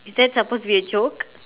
is that supposed to be a joke